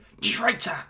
traitor